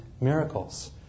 miracles